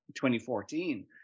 2014